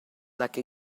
like